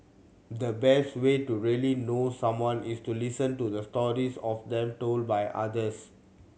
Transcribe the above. the best way to really know someone is to listen to the stories of them told by others